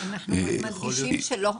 יועברו.